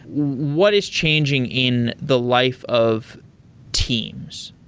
what is changing in the life of teams?